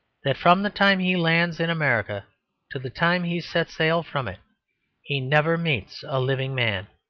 that from the time he lands in america to the time he sets sail from it he never meets a living man.